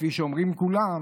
כפי שאומרים כולם,